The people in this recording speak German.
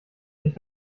sich